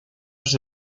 sus